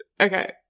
okay